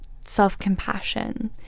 self-compassion